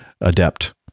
adept